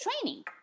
training